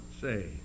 say